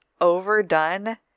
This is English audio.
overdone